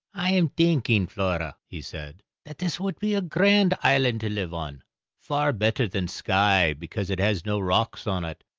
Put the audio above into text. i am thinking, flora, he said, that this would be a grand island to live on far better than skye, because it has no rocks on it.